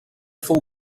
fou